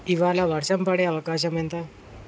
ఇవాళ వర్షం పడే అవకాశం ఎంత